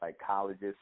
psychologist